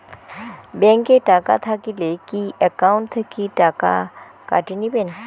Bank এ টাকা থাকিলে কি একাউন্ট থাকি টাকা কাটি নিবেন?